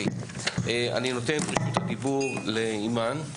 אני נותן את רשות הדיבור לאימאן,